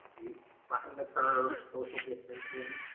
we flatten the curve, social distancing.